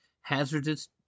hazardous